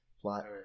plot